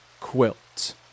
quilt